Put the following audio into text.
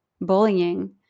bullying